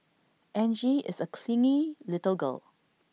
Angie is A clingy little girl